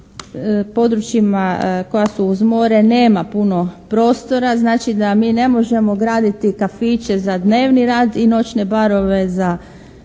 područjima koja su uz more nema puno prostora, znači da mi ne možemo graditi kafiće za dnevni rad i noćne barove za